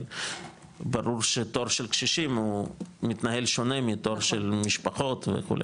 אבל ברור שתור של קשישים הוא מתנהל שונה מתור של משפחות וכו'.